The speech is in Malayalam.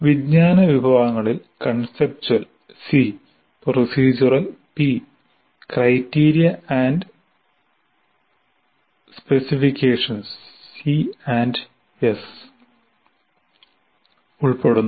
വിജ്ഞാന വിഭാഗങ്ങളിൽ conceptual C procedural P criteria specifications C S conceptual procedural and C S ഉൾപ്പെടുന്നു